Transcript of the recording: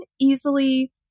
easily